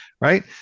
right